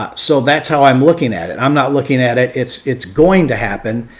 ah so that's how i'm looking at it. i'm not looking at it. it's it's going to happen.